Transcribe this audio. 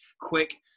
quick